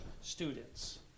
students